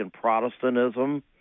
Protestantism